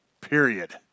Period